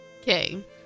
Okay